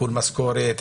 עיקול משכורת,